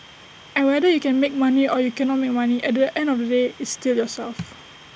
and whether you can make money or you cannot make money at the end of the day it's still yourself